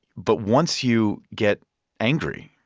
but once you get angry,